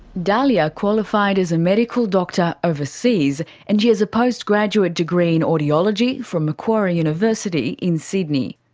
dahlia qualified as a medical doctor overseas, and she has a postgraduate degree in audiology from macquarie university in sydney.